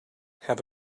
have